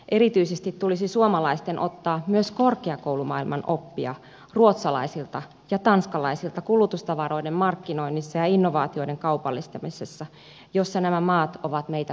erityisesti tulisi suomalaisten ottaa myös korkeakoulumaailman oppia ruotsalaisilta ja tanskalaisilta kulutustavaroiden markkinoinnissa ja innovaatioiden kaupallis tamisessa joissa nämä maat ovat meitä parempia